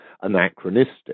anachronistic